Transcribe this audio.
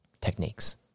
techniques